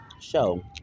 show